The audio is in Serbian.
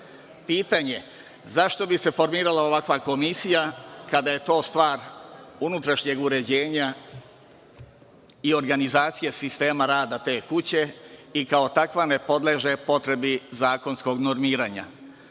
Pitanje – zašto bi se formirala ovakva komisija kada je to stvar unutrašnjeg uređenja i organizacije sistema rada te kuće i kao takva ne podleže potrebi zakonskog normiranja?